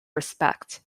respect